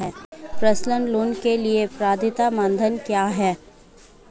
Personal loan के लिए पात्रता मानदंड क्या हैं?